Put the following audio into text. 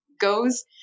goes